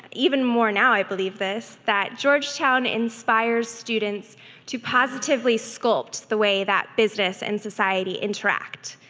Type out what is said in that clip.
even more now i believe this, that georgetown inspires students to positively sculpt the way that business and society interact.